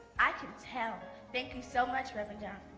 i can tell thank you so much reverend dunn